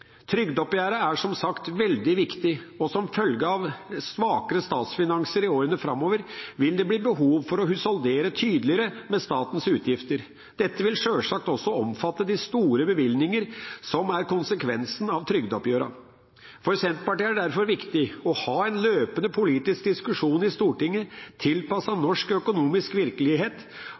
Trygdeoppgjøret er som sagt veldig viktig, og som følge av svakere statsfinanser i årene framover vil det bli behov for å husholdere tydeligere med statens utgifter. Dette vil sjølsagt også omfatte de store bevilgningene som er konsekvensen av trygdeoppgjørene. For Senterpartiet er det derfor viktig å ha en løpende politisk diskusjon i Stortinget, tilpasset norsk økonomisk virkelighet,